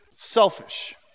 Selfish